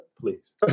please